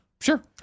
Sure